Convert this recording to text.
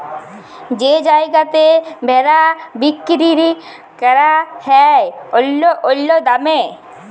যেই জায়গাতে ভেড়া বিক্কিরি ক্যরা হ্যয় অল্য অল্য দামে